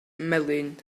melyn